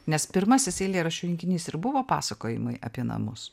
nes pirmasis eilėraščių rinkinys ir buvo pasakojimai apie namus